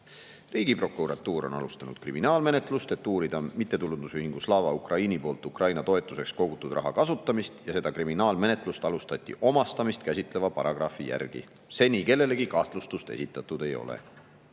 Riigiprokuratuur on alustanud kriminaalmenetlust, et uurida mittetulundusühingu Slava Ukraini poolt Ukraina toetuseks kogutud raha kasutamist, ja seda kriminaalmenetlust alustati omastamist käsitleva paragrahvi järgi. Seni kellelegi kahtlustust esitatud ei ole.